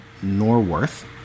Norworth